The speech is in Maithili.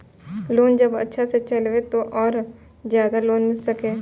लोन जब अच्छा से चलेबे तो और ज्यादा लोन मिले छै?